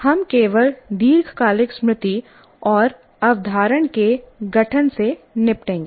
हम केवल दीर्घकालिक स्मृति और अवधारण के गठन से निपटेंगे